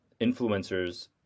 influencers